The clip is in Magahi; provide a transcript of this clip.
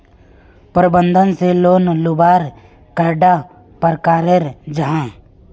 प्रबंधन से लोन लुबार कैडा प्रकारेर जाहा?